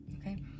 Okay